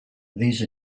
these